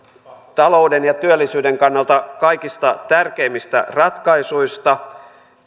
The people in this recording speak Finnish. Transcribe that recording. talouden ja työllisyyden kannalta kaikista tärkeimmistä ratkaisuista